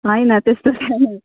होइन त्यस्तो छैन